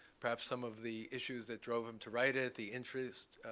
perhaps some of the issues that drove him to write it, the interest,